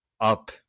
up